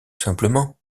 simplement